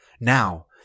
Now